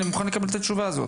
אני מוכן לקבל את התשובה הזאת.